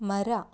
ಮರ